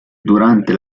durante